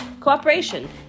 Cooperation